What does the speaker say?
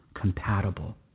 compatible